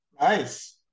Nice